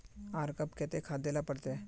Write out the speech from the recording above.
आर कब केते खाद दे ला पड़तऐ?